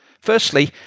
Firstly